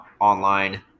online